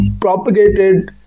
propagated